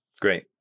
Great